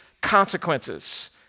consequences